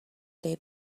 they